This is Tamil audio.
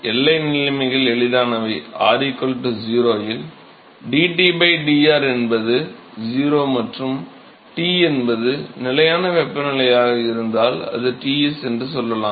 எல்லை நிலைமைகள் எளிதானவை r 0 இல் dT dr என்பது 0 மற்றும் T என்பது நிலையான வெப்பநிலையாக இருந்தால் அது Ts என்று சொல்லலாம்